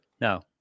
No